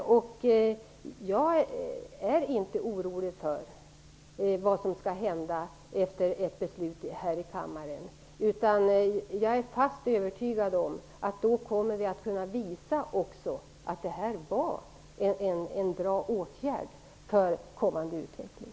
Jag är inte orolig för vad som skall hända efter ett beslut här i kammaren. Jag är fast övertygad om att vi då också kommer att kunna visa att det var en bra åtgärd för kommande utveckling.